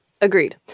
Agreed